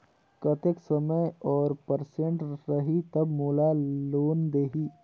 कतेक समय और परसेंट रही तब मोला लोन देही?